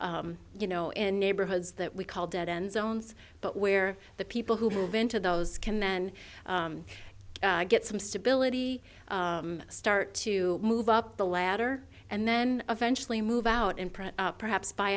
you know in neighborhoods that we call dead end zones but where the people who have into those can then get some stability start to move up the ladder and then eventually move out in print perhaps buy